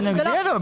אני אודיע לו.